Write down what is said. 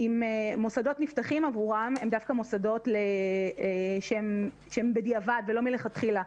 אם מוסדות נפתחים עבורם הם דווקא מוסדות שהם בדיעבד ולא מלכתחילה.